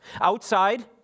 Outside